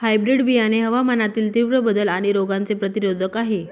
hybrid बियाणे हवामानातील तीव्र बदल आणि रोगांचे प्रतिरोधक आहे